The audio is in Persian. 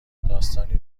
داستانی